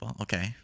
okay